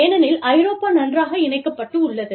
ஏனெனில் ஐரோப்பா நன்றாக இணைக்கப்பட்டுள்ளது